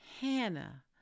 Hannah